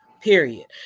period